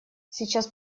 сейчас